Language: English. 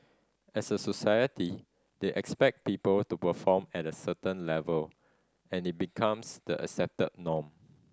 as a society they expect people to perform at a certain level and it becomes the accepted norm